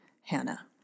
Hannah